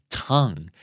tongue